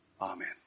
Amen